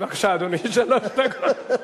בבקשה, אדוני, שלוש דקות.